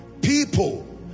people